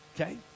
okay